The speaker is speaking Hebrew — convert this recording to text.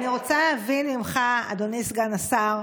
אני רוצה להבין ממך, אדוני סגן השר,